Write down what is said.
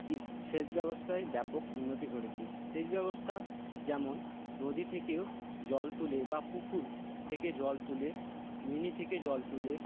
সেচ ব্যবস্থায় ব্যাপক উন্নতি ঘটেছে সেচ ব্যবস্থা যেমন নদী থেকেও জল তুলে বা পুকুর থেকে জল তুলে মিনি থেকে জল তুলে